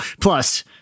Plus